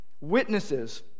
Witnesses